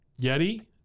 Yeti